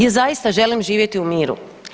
Ja zaista želim živjeti u miru.